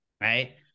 right